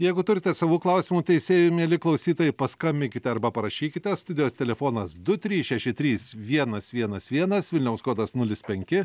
jeigu turite savų klausimų teisėjui mieli klausytojai paskambinkite arba parašykite studijos telefonas du trys šeši trys vienas vienas vienas vilniaus kodas nulis penki